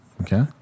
Okay